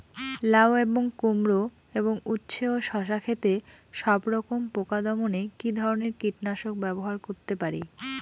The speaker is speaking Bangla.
লাউ এবং কুমড়ো এবং উচ্ছে ও শসা ক্ষেতে সবরকম পোকা দমনে কী ধরনের কীটনাশক ব্যবহার করতে পারি?